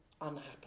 unhappy